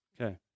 Okay